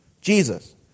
Jesus